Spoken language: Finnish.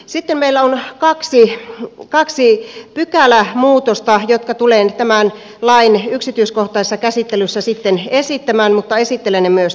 sitten meillä on kaksi pykälämuutosta jotka tulen tämän lain yksityiskohtaisessa käsittelyssä sitten esittämään mutta esittelen ne myös tässä nytten